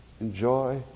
Enjoy